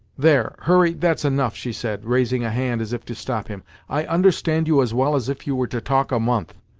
there hurry that's enough, she said, raising a hand as if to stop him i understand you as well as if you were to talk a month.